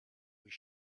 was